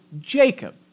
Jacob